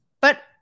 But-